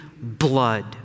blood